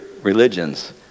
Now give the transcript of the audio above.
religions